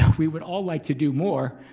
we would all like to do more.